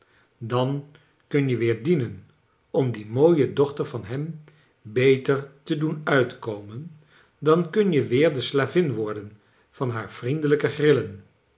dan kun je weer dienen om die mooie dochter van hem beter te doen uitkomen dan kun je weer de slavin worden van haar vriendelijke grillen